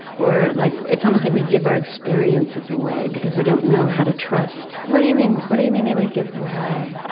or like, it's almost like we give our experiences away, because we don't know how to trust, what do you mean? what do you mean that we give them away?